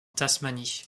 tasmanie